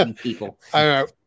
people